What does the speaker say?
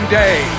day